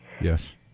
Yes